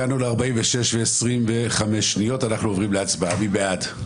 נצביע על הסתייגות 248. מי בעד?